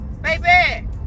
Baby